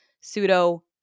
pseudo